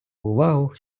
увагу